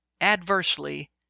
adversely